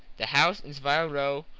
the house in saville row,